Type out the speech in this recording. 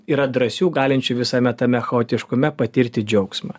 yra drąsių galinčių visame tame chaotiškume patirti džiaugsmą